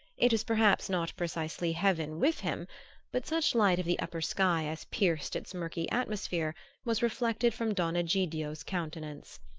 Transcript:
it was perhaps not precisely heaven with him but such light of the upper sky as pierced its murky atmosphere was reflected from don egidio's countenance.